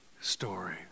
story